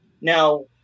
Now